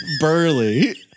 burly